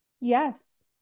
Yes